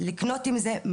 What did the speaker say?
אני אגן עלייך.